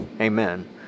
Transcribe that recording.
Amen